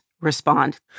respond